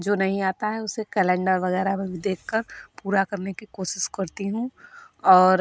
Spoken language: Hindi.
जो नहीं आता है उसे कैलेंडर वगैरह में भी देखकर पूरा करने की कोशिश करती हूँ और